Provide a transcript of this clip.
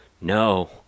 no